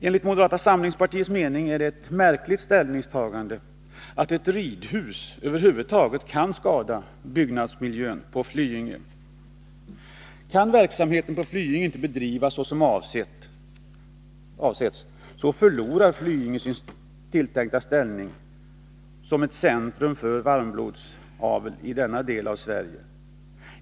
Enligt moderata samlingspartiets mening är inställningen att ett ridhus över huvud taget kan skada byggnadsmiljön på Flyinge märklig. Kan verksamheten på Flyinge inte bedrivas såsom avsetts, förlorar Flyinge sin tilltänkta ställning som ett centrum för varmblodsavel i denna del av Sverige.